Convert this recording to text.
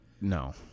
no